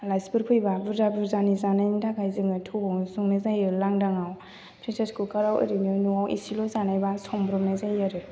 आलासिफोर फैयोबा बुरजा बुरजानि जानायनि थाखाय जोङो थौआवनो संनाय जायो लांदांआव फ्रेसार खुखाराव ओरैनो न'आव एसेल' जानायबा संब्र'बनाय जायो आरो